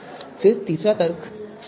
फिर तीसरा तर्क cb है